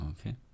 okay